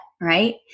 right